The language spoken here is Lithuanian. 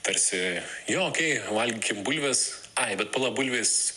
tarsi jo okei valgykim bulves ai bet pala bulvės